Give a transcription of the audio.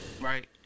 Right